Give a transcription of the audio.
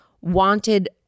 wanted